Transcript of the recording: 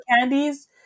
Candies